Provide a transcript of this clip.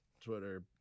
twitter